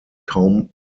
kaum